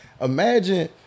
imagine